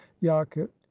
yakut